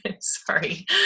Sorry